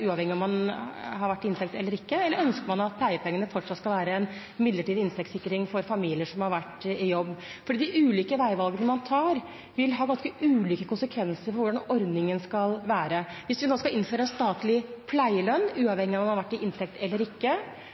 uavhengig av om man har vært i inntekt eller ikke? Eller ønsker man at pleiepengene fortsatt skal være en midlertidig inntektssikring for familier som har vært i jobb? De ulike veivalgene man tar, vil ha ganske ulike konsekvenser for hvordan ordningen skal være. Hvis vi nå skal innføre en statlig pleielønn, uavhengig av om man har vært i inntekt eller ikke,